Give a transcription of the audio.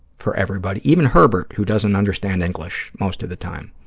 for everybody, even herbert who doesn't understand english most of the time.